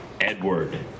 Edward